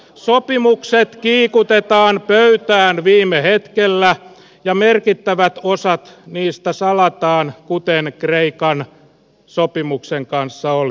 sopimukset kiikutetaan pöytään viime hetkellä ja merkittävät osat niistä salataan kuten kreikan sopimuksen kanssa oli